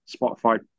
Spotify